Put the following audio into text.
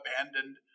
abandoned